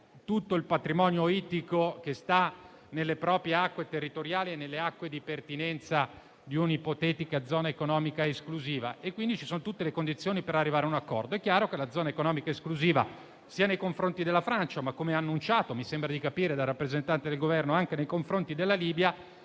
tutto il patrimonio ittico che sta nelle proprie acque territoriali e nelle acque di pertinenza di un'ipotetica zona economica esclusiva e, quindi, ci sono tutte le condizioni per arrivare ad un accordo. È chiaro che la zona economica esclusiva sia nei confronti della Francia, ma - come mi sembra di capire sia stato annunciato dal rappresentante del Governo - anche nei confronti della Libia